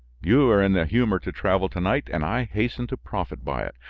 you are in the humor to travel to-night and i hasten to profit by it.